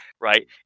Right